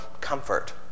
comfort